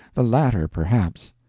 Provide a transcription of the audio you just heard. the latter, perhaps.